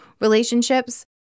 relationships